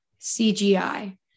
CGI